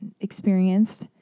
experienced